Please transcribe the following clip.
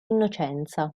innocenza